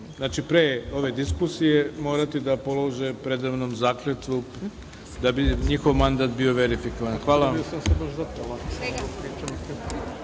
poslanici, pre ove diskusije, morati da polože preda mnom zakletvu da bi njihov mandat bio verifikovan. Hvala